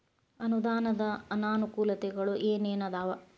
ಅನುದಾನದ್ ಅನಾನುಕೂಲತೆಗಳು ಏನ ಏನ್ ಅದಾವ?